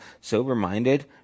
sober-minded